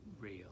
real